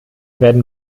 werden